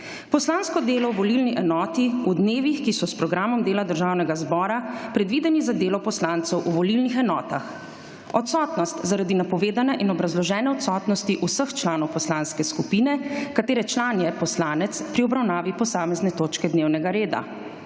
poslansko delo v volilni enoti v dnevih, ki so s programom dela Državnega zbora predvideni za delo poslancev v volilnih enotah; odsotnost zaradi napovedane in obrazložene odsotnosti vseh članov poslanske skupine, katere član je poslanec pri obravnavi posamezne točke dnevnega reda;